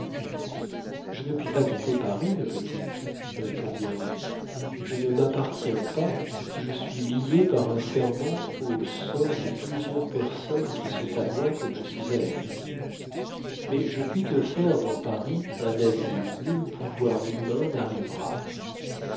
je ne puis pas quitter paris ma petite répondit henri je ne m'appartiens pas je suis lié par un serment au sort de plusieurs personnes qui sont à moi comme je suis à elles mais je puis te faire dans paris un asile où nul pouvoir humain n'arrivera